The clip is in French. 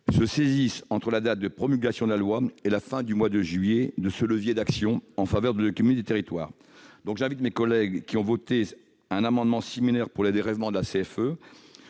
se saisissent, entre la date de promulgation de la loi et la fin du mois de juillet, de ce levier d'action en faveur de l'économie des territoires. J'invite mes collègues qui ont adopté un amendement similaire visant au dégrèvement de la